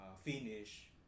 Finish